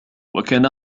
وكان